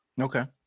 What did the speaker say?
okay